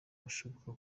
hashoboka